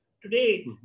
today